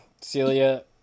celia